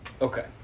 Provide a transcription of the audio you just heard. Okay